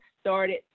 started